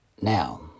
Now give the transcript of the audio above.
now